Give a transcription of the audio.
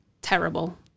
terrible